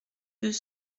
deux